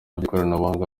by’ikoranabuhanga